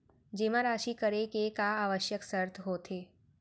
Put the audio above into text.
जेमा राशि करे के का आवश्यक शर्त होथे?